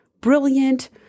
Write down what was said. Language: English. brilliant